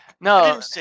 no